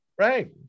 Right